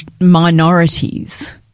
minorities